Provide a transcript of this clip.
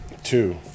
Two